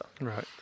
Right